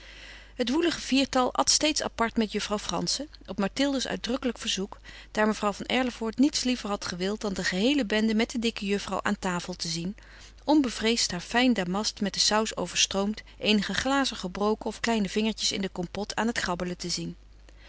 het woelige viertal at steeds apart met juffrouw frantzen op mathilde's uitdrukkelijk verzoek daar mevrouw van erlevoort niets liever had gewild dan de geheele bende met de dikke juffrouw aan tafel te zien onbevreesd haar fijn damast met de saus overstroomd eenige glazen gebroken of kleine vingertjes in de compôte aan het grabbelen te zien